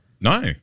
No